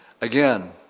Again